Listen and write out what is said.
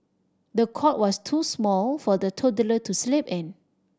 the cot was too small for the toddler to sleep in